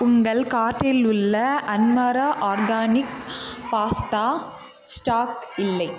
உங்கள் கார்ட்டில் உள்ள அன்மரா ஆர்கானிக் பாஸ்தா ஸ்டாக் இல்லை